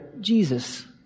Jesus